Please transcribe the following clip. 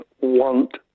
want